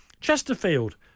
Chesterfield